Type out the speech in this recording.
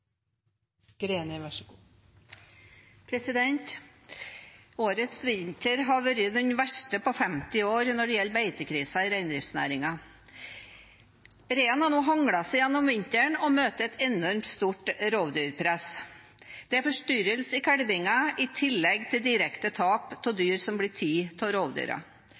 Årets vinter har vært den verste på 50 år når det gjelder beitekrisen i reindriftsnæringen. Reinen har nå hanglet seg gjennom vinteren og møter et enormt stort rovdyrpress. Det er forstyrrelse i kalvingen i tillegg til direkte tap av dyr som blir tatt av rovdyra.